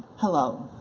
hello,